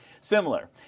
similar